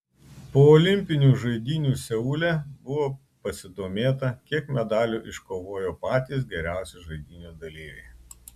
po olimpinių žaidynių seule buvo pasidomėta kiek medalių iškovojo patys geriausi žaidynių dalyviai